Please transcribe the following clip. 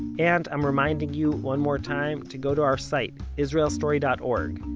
and i'm reminding you, one more time, to go to our site, israelstory dot org,